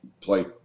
play